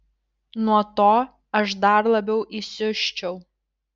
nuo to aš dar labiau įsiusčiau